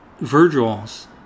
Virgil's